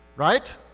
Right